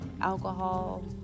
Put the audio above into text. alcohol